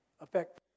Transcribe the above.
affect